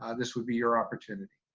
ah this would be your opportunity.